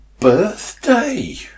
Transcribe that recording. birthday